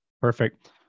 perfect